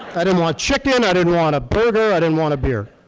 i didn't want chicken. i didn't want a burger. i didn't want a beer.